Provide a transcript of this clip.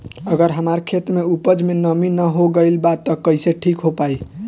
अगर हमार खेत में उपज में नमी न हो गइल बा त कइसे ठीक हो पाई?